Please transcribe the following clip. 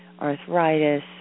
arthritis